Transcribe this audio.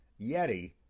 Yeti